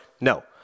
no